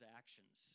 actions